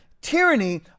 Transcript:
tyranny